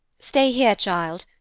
stay here, child.